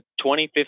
2015